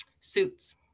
Suits